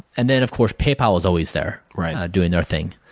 and then, of course paypal was always there doing their thing.